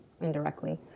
indirectly